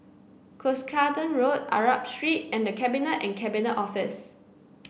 Cuscaden Road Arab Street and The Cabinet and Cabinet Office